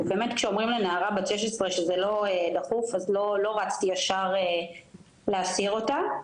כשאומרים לנערה בת 16 שזה לא דחוף אז לא רצתי ישר להסיר אותה,